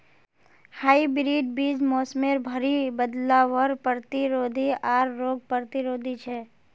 hybrid बीज मोसमेर भरी बदलावर प्रतिरोधी आर रोग प्रतिरोधी छे